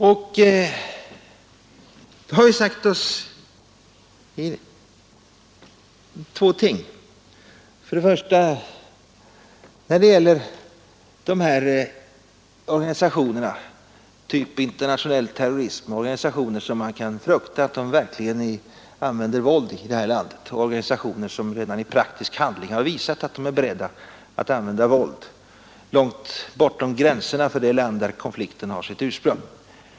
Vi har då sagt oss två ting: Vi har för det första organisationer av typen internationell terrorism, organisationer som man kan frukta verkligen kommer att använda våld i landet, organisationer som redan i praktisk handling har visat att de är beredda att använda våld långt bortom gränserna för det land där konflikten har sitt ursprung.